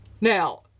Now